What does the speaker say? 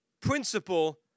principle